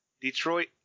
Detroit